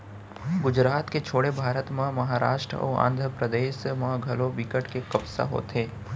गुजरात के छोड़े भारत म महारास्ट अउ आंध्रपरदेस म घलौ बिकट के कपसा होथे